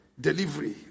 delivery